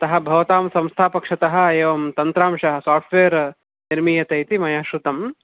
अतः भवतां संस्थापक्षतः एवं तन्त्रांशः सोफ़्ट्वेर् निर्मीयते इति मया श्रुतं